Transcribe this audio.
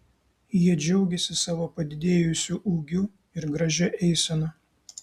jie džiaugėsi savo padidėjusiu ūgiu ir gražia eisena